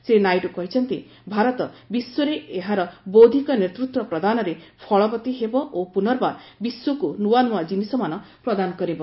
ଶ୍ରୀ ନାଇଡୁ କହିଛନ୍ତି ଭାରତ ବିଶ୍ୱରେ ଏହାର ବୌଦ୍ଧିକ ନେତୃତ୍ୱ ପ୍ରଦାନରେ ଫଳବତୀ ହେବ ଓ ପୁର୍ନବାର ବିଶ୍ୱକୁ ନୂଆ ନୂଆ କିନିଷମାନ ପ୍ରଦାନ କରିବ